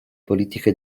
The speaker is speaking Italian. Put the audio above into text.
politiche